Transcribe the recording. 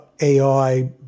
AI